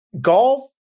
golf